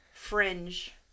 fringe